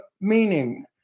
meaning